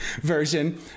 version